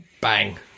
Bang